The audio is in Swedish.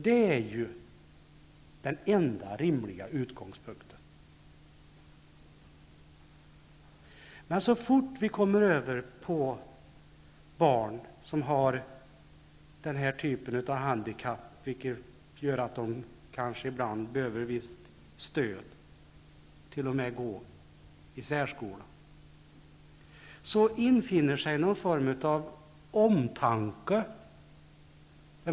Det är ju den enda rimliga utgångspunkten. Men så fort vi kommer över på frågan om barn som har den här typen av handikapp, vilket gör att de kanske ibland behöver visst stöd och kanske t.o.m. behöver gå i särskola, infinner sig någon form av omtanke.